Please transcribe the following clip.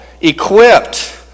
equipped